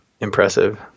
impressive